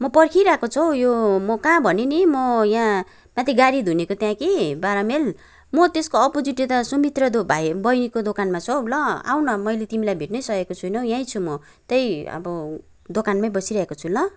म पर्खिरहेको छु हौ यो म कहाँ भने नि म यहाँ माथि गाडी धुनेको त्यहाँ कि बाह्र माइल म त्यसको अपोजिट यता सुमित्र दो भाइ बहिनीको दोकानमा छु हौ ल आउ न मैले तिमालाई भेट्नै सकेको छुइनँ हौ यहीँ छु म त्यही अब दोकानमै बसिरहेको छु ल